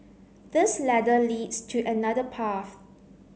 this ladder leads to another path